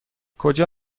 کجا